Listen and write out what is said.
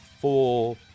full